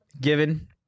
given